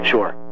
Sure